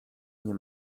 nie